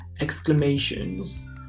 exclamations